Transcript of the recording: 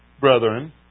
brethren